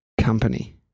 company